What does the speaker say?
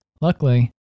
luckily